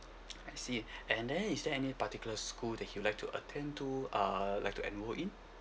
I see and then is there any particular school that you like to attend to uh like to enroll in